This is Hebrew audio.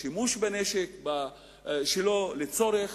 בשימוש בנשק שלא לצורך,